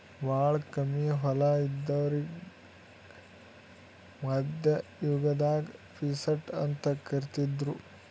ಭಾಳ್ ಕಮ್ಮಿ ಹೊಲ ಇದ್ದೋರಿಗಾ ಮಧ್ಯಮ್ ಯುಗದಾಗ್ ಪೀಸಂಟ್ ಅಂತ್ ಕರಿತಿದ್ರು